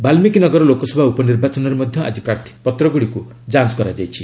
ବାଲ୍ସିକୀ ନଗର ଲୋକସଭା ଉପନିର୍ବାଚନରେ ମଧ୍ୟ ଆକି ପ୍ରାର୍ଥୀପତ୍ରଗୁଡ଼ିକୁ ଯାଞ୍ଚ କରାଯାଇଛି